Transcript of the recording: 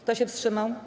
Kto się wstrzymał?